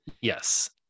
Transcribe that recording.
Yes